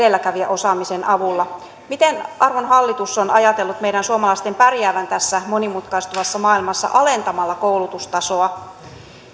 korkeatasoisen edelläkävijäosaamisen avulla miten arvon hallitus on ajatellut meidän suomalaisten pärjäävän tässä monimutkaistuvassa maailmassa alentamalla koulutustasoa